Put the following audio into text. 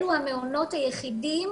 אלו המעונות היחידים